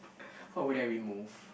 what would I remove